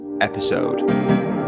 episode